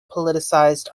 politicized